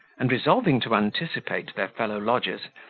and resolving to anticipate their fellow-lodgers,